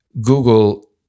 Google